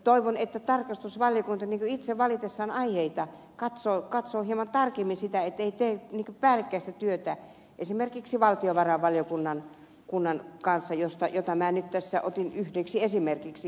toivon että tarkastusvaliokunta valitessaan aiheita katsoo itse hieman tarkemmin sitä ettei tee päällekkäistä työtä esimerkiksi valtiovarainvaliokunnan kanssa jonka minä tässä otin yhdeksi esimerkiksi